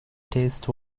test